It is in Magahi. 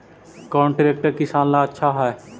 कौन ट्रैक्टर किसान ला आछा है?